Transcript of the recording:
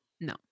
No